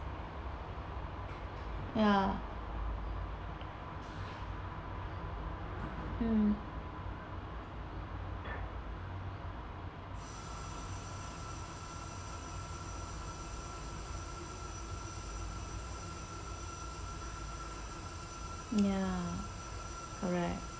ya mm ya correct